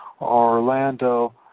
Orlando